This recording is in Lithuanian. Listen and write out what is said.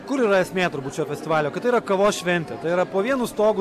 kur yra esmė turbūt šio festivalio kad tai yra kavos šventė tai yra po vienu stogu